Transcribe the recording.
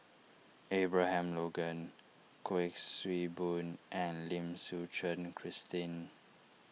Abraham Logan Kuik Swee Boon and Lim Suchen Christine